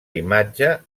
imatge